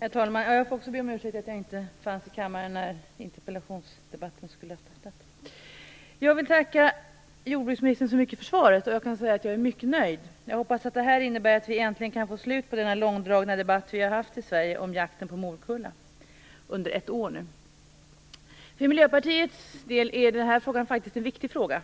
Herr talman! Även jag skall be om ursäkt för att jag inte fanns i kammaren när interpellationsdebatten skulle ha startat. Jag vill tacka jordbruksministern så mycket för svaret. Jag är mycket nöjd. Jag hoppas att det innebär att vi äntligen kan få slut på den långdragna debatt vi i ett år har haft i Sverige om jakten på morkulla. För Miljöpartiets del är detta en viktig fråga.